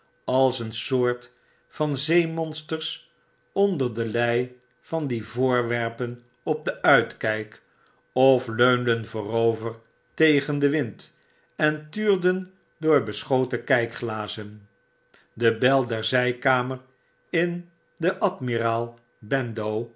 als een soort van zeemonsters onder de lij van die voorwerpen op den uitkyk of leunden voorover tegen den wind en tuurden door beschoten kykglazen de bel derzykamer in de admiraal